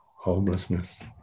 homelessness